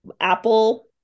Apple